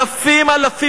אלפים אלפים,